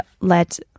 Let